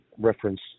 reference